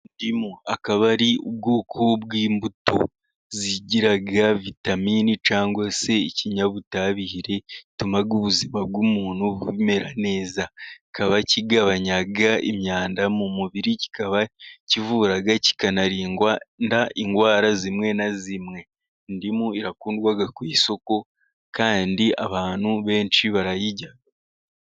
Indimu akaba ari ubwoko bw'imbuto zigira vitamine cyangwa se ikinyabutabire gituma ubuzima bw'umuntu bumera neza. Kikaba kigabanya imyanda mu mubiri, kikaba kivura kikanarinda indwara zimwe na zimwe. Indimu irakundwa ku isoko, kandi abantu benshi barayirya.